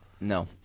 No